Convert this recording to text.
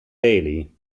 daly